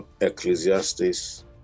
Ecclesiastes